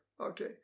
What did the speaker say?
okay